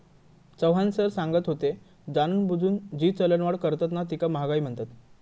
Chavan sir सांगत होते, जाणूनबुजून जी चलनवाढ करतत ना तीका महागाई म्हणतत